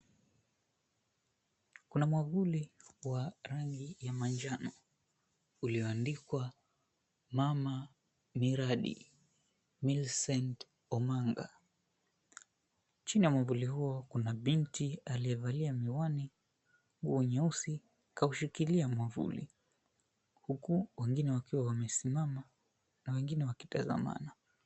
Kuna mwavuli wa rangi ya manjano ulioandikwa Mama Miradi, Millicent Omanga. Chini ya mwavuli huo kuna binti aliyevalia mwani, nguo nyeusi, kaushikilia mwavuli, huku wengine wakiwa wamesimama na wengine wakitazamana.